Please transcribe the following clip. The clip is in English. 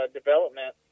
development